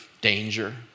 danger